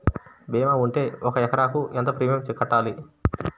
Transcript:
భీమా ఉంటే ఒక ఎకరాకు ఎంత ప్రీమియం కట్టాలి?